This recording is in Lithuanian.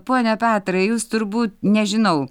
pone petrai jūs turbūt nežinau